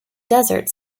desert